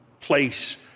place